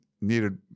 needed